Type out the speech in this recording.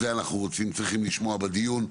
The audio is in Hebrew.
את זה אנחנו צריכים לשמוע בדיון.